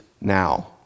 now